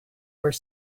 where